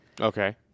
Okay